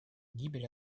гибель